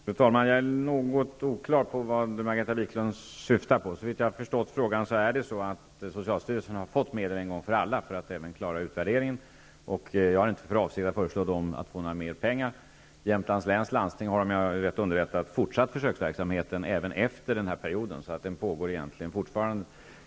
Fru talman! Jag är något osäker på vad det är Margareta Viklund åsyftar. Såvitt jag förstått har socialstyrelsen fått medel en gång för alla, även för att klara utvärderingen. Jag har inte för avsikt att föreslå att det tillskjuts ytterligare pengar för detta ändamål. Jämtlands läns landsting har, om jag är riktigt underrättad, fortsatt försöksverksamheten även efter denna period. Försöksverksamheten pågår alltså egentligen fortfarande.